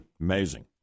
Amazing